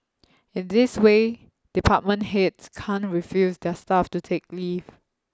in this way department heads can't refuse their staff to take leave